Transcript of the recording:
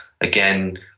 Again